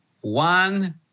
one